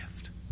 gift